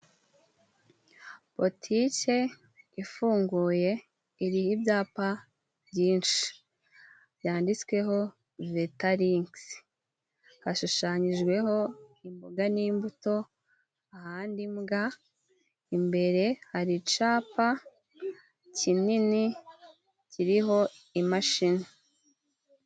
Butike ifunguye iriho ibyapa byinshi byanditsweho vetalinkisi, hashushanyijweho imboga n'imbuto ahandi mbwa, imbere hari icapa kinini kiriho imashini.